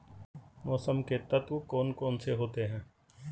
मौसम के तत्व कौन कौन से होते हैं?